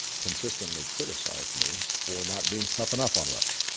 consistently criticized me for not being tough enough on russia.